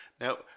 Now